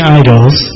idols